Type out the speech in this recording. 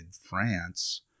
France